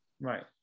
right